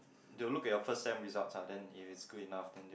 they will look at your first sem results ah then if it's good enough then they will